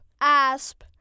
ASP